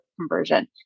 conversion